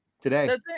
today